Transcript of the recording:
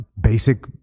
basic